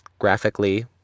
Graphically